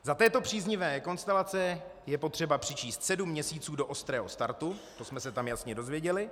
Za této příznivé konstelace je potřeba přičíst sedm měsíců do ostrého startu, to jsme se tam jasně dozvěděli.